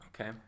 Okay